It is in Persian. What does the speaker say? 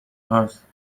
هاست